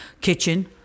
kitchen